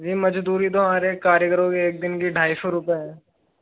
जी मज़दूरी तो हमारे कारीगरों के एक दिन की ढाई सौ रुपये है